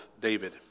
David